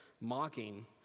mocking